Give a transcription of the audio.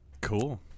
Cool